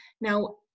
Now